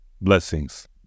Blessings